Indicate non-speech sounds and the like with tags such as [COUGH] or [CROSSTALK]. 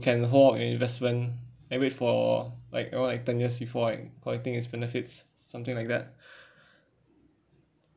can hold investment and wait for like around like ten years before collecting its benefits something like that [BREATH]